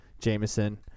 Jameson